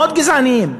מאוד גזעניים,